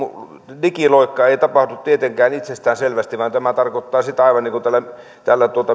digiloikka ei tapahdu tietenkään itsestäänselvästi vaan tämä tarkoittaa sitä aivan niin kuin täällä täällä